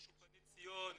יש אולפני ציון,